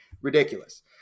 ridiculous